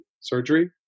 surgery